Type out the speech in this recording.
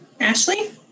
Ashley